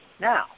Now